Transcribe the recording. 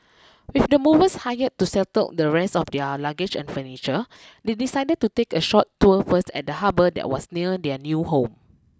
with the movers hired to settle the rest of their luggage and furniture they decided to take a short tour first of the harbour that was near their new home